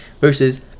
versus